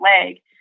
leg